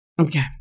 Okay